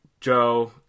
Joe